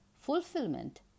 fulfillment